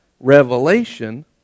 revelation